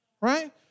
right